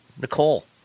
Nicole